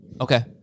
Okay